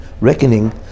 reckoning